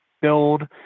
Build